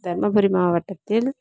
தருமபுரி மாவட்டத்தில்